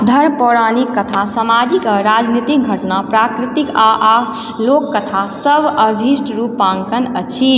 धर्म पौराणिक कथा सामाजिक आ राजनीतिक घटना प्राकृतिक आ लोककथा सभ अभीष्ट रूपांकन अछि